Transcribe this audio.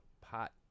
pot